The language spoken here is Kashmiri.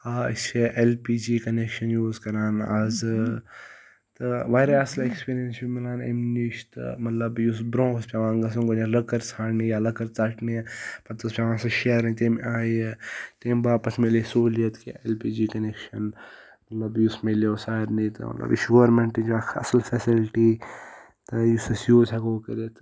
آ أسۍ چھِ L P G connection use کَران اَزٕ تہٕ واریاہ اَصٕل اٮ۪کٕسپیٖریَنٕس چھُ مِلان اَمہِ نِش تہٕ مطلب یُس برونٛہہ اوس پٮ۪وان گژھُن گۄڈنٮ۪تھ لٔکٕر ژھانٛڈنہِ یا لٔکٕر ژَٹنہِ پَتہٕ اوس پٮ۪وان سۄ شیرٕنۍ تمہِ آیہِ تمہِ باپَتھ مِلے سہوٗلیت کہِ اٮ۪ل پی جی کَنٮ۪کشَن مطلب یُس مِلیو سارنی تہٕ مطلب یہِ چھِ گورمٮ۪نٛٹٕچ اَکھ اَصٕل فیسَلٹی تہٕ یُس أسۍ یوٗز ہٮ۪کو کٔرِتھ